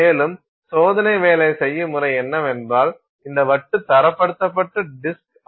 மேலும் சோதனை வேலை செய்யும் முறை என்னவென்றால் இந்த வட்டு தரப்படுத்தப்பட்ட டிஸ்க் ஆகும்